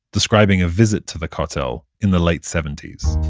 describing a visit to the kotel in the late seventies